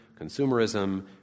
consumerism